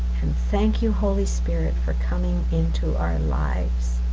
and thank you holy spirit for coming into our lives,